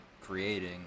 creating